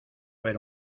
ver